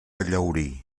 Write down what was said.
llaurí